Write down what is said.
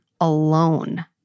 alone